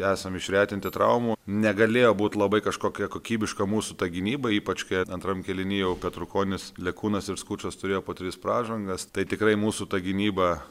esam išretinti traumų negalėjo būt labai kažkokia kokybiška mūsų ta gynyba ypač kai antram kėliny jau petrukonis lekūnas ir skučas turėjo po tris pražangas tai tikrai mūsų ta gynyba